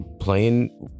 playing